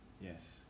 Yes